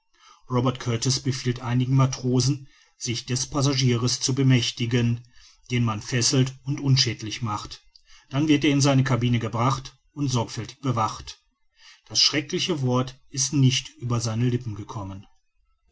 robert kurtis befiehlt einigen matrosen sich des passagiers zu bemächtigen den man fesselt und unschädlich macht dann wird er in seine cabine gebracht und sorgfältig bewacht das schreckliche wort ist nicht über seine lippen gekommen